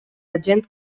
agent